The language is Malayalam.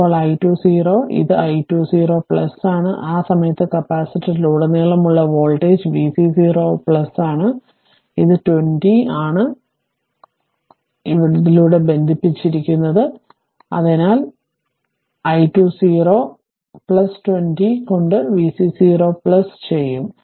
ഇപ്പോൾ i2 0 ഇത് i2 0 ആണ് ആ സമയത്ത് കപ്പാസിറ്ററിലുടനീളമുള്ള വോൾട്ടേജ് vc 0 ആണ് അതിനാൽ ഇത് 20 ആണ് ഇതിലൂടെ ബന്ധിപ്പിച്ചിരിക്കുന്നത് അതിനാൽ i2 0 20 കൊണ്ട് vc 0 ചെയ്യും